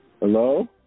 Hello